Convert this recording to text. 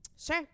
Sure